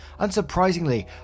Unsurprisingly